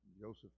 Joseph